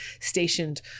stationed